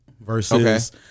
versus